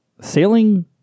sailing